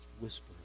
whisper